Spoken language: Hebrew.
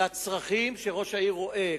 לצרכים שראש העיר רואה,